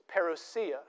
parousia